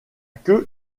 queue